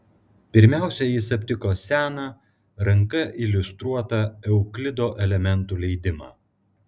pirmiausia jis aptiko seną ranka iliustruotą euklido elementų leidimą